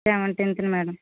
seventeenth madam